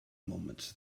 moments